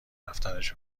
رفتنش